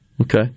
Okay